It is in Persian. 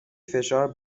فشار